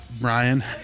Brian